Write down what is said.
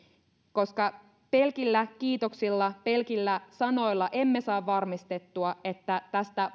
koska pelkillä kiitoksilla pelkillä sanoilla emme saa varmistettua että tästä